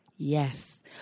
Yes